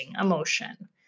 emotion